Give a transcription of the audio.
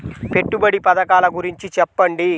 పెట్టుబడి పథకాల గురించి చెప్పండి?